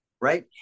right